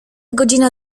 godzina